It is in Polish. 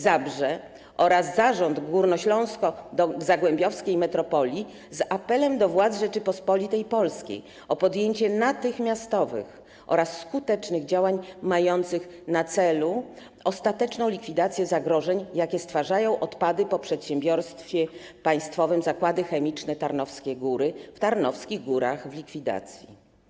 Zabrze oraz zarząd Górnośląsko-Zagłębiowskiej Metropolii, zwracam się do władz Rzeczypospolitej Polskiej z apelem o podjęcie natychmiastowych oraz skutecznych działań mających na celu ostateczną likwidację zagrożeń, jakie stwarzają odpady po przedsiębiorstwie państwowym Zakłady Chemiczne Tarnowskie Góry w Tarnowskich Górach w likwidacji.